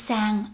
Sang